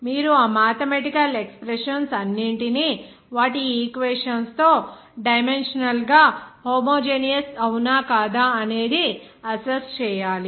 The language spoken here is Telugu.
మీరు ఆ మాథెమెటికల్ ఎక్స్ప్రెషన్స్ అన్నింటిని వాటి ఈక్వేషన్స్ తో డైమెన్షనల్ గా హోమోజేనేయస్ అవునా కాదా అనేది అస్సెస్ చేయాలి